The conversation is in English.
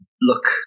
look